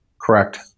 Correct